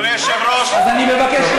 אני מבקש,